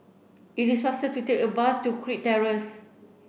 it is faster to take a bus to Kirk Terrace